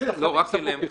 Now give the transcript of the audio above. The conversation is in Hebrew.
לא, רק אליהם כרגע.